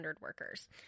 workers